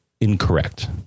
incorrect